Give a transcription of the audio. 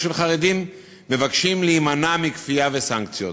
של חרדים מבקשת להימנע מכפייה ומסנקציות.